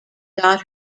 got